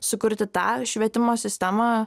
sukurti tą švietimo sistemą